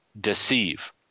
deceive